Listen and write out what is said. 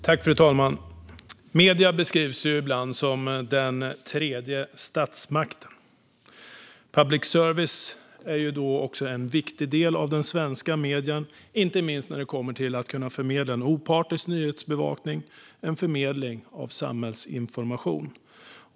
Fru talman! Medierna beskrivs ibland som den tredje statsmakten. Public service är en viktig del av svensk media, inte minst när det gäller opartisk nyhetsbevakning och förmedling av samhällsinformation.